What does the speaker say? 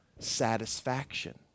satisfaction